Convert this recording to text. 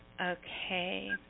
Okay